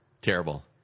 Terrible